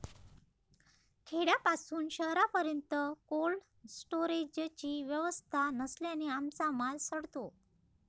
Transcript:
खेड्यापासून शहरापर्यंत कोल्ड स्टोरेजची व्यवस्था नसल्याने आमचा माल सडतो